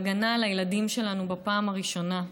נכשלנו בהגנה על הילדים שלנו בפעם הראשונה,